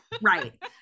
Right